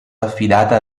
affidata